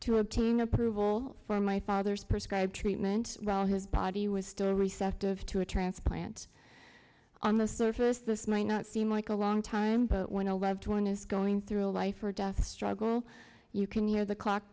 to obtain approval for my father's prescribed treatment while his body was still receptive to a transplant on the surface this might not seem like a long time but when a loved one is going through a life or death struggle you can hear the clock